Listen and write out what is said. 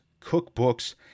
cookbooks